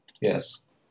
Yes